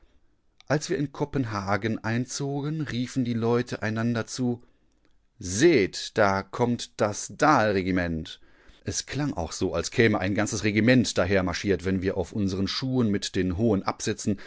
als wir in kopenhagen einzogen riefen die leute einander zu seht da kommtdasdal regiment esklangauchso alskämeeinganzesregiment dahermarschiert wenn wir auf unseren schuhen mit den hohen absätzen